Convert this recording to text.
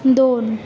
दोन